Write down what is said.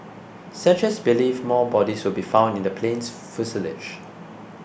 searchers believe more bodies will be found in the plane's fuselage